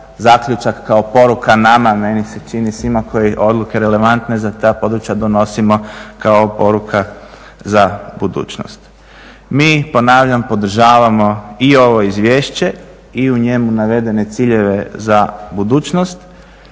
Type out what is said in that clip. zaključak, kao poruka nama, meni se čini, svima koji odluke relevantne za taj područja donosimo, kao poruka za budućnost. Mi, ponavljam, podržavamo i ovo izvješće i u njemu navedene ciljeve za budućnost